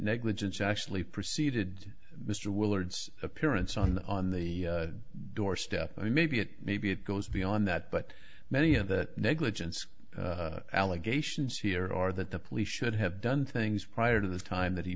negligence actually preceded mr willard's appearance on the on the doorstep i maybe it maybe it goes beyond that but many of the negligence allegations here are that the police should have done things prior to the time that he